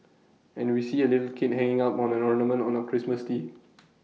and we see A little kid hanging up on A ornament on A Christmas tree